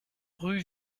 rue